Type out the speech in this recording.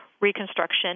reconstruction